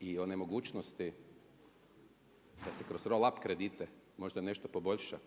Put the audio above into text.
i o nemogućnosti da se kroz roll up kredite možda nešto poboljša?